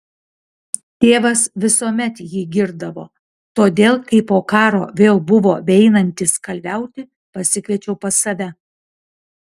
tėvas visuomet jį girdavo todėl kai po karo vėl buvo beeinantis kalviauti pasikviečiau pas save